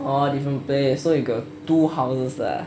oh different place so you got two houses ah